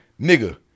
nigga